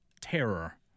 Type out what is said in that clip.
terror